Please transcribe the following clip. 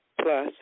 plus